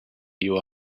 your